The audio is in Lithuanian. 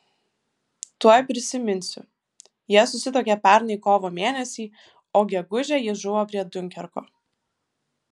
tuoj prisiminsiu jie susituokė pernai kovo mėnesį o gegužę jis žuvo prie diunkerko